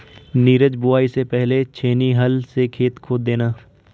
नीरज बुवाई से पहले छेनी हल से खेत खोद देना